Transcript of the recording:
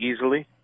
easily